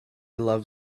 love